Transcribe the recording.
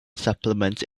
supplements